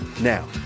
Now